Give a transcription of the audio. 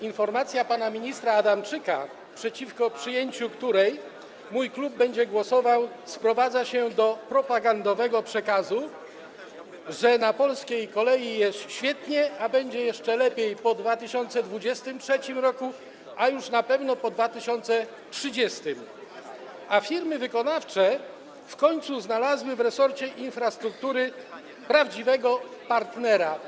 Informacja pana ministra Adamczyka, przeciwko przyjęciu której mój klub będzie głosował, sprowadza się do propagandowego przekazu, że na polskiej kolei jest świetnie, będzie jeszcze lepiej po 2023 r., a już na pewno po 2030 r., zaś firmy wykonawcze w końcu znalazły w resorcie infrastruktury prawdziwego partnera.